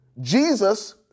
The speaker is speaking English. Jesus